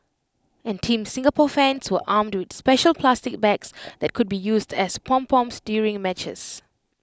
and Team Singapore fans were armed with special plastic bags that could be used as pom poms during matches